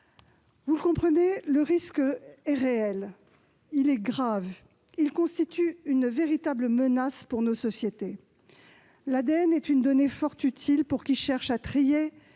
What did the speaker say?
vous le comprenez : le risque est réel. Il est grave. Il constitue une véritable menace pour nos sociétés. L'ADN est une donnée fort utile pour qui cherche à trier,